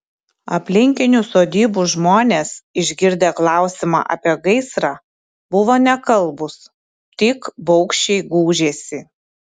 aplinkinių sodybų žmonės išgirdę klausimą apie gaisrą buvo nekalbūs tik baugščiai gūžėsi